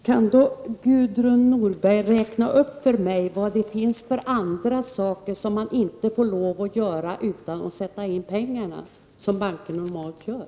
Herr talman! Kan då Gudrun Norberg räkna upp för mig vad det är för andra saker som man inte får lov att göra — utom att sätta in pengar — och som banker normalt gör?